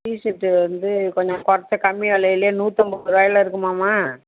t shirt வந்து கொஞ்சம் கொறைச்ச கம்மி விலைலே நூத்தம்பரூபாயில இருக்குமாமா